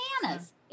bananas